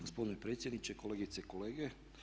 Gospodine predsjedniče, kolegice i kolege.